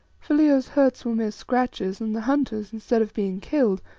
for leo's hurts were mere scratches, and the hunters, instead of being killed,